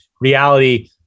reality